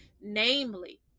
Namely